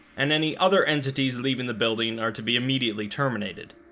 and any other entities leaving the building are to be immediately terminated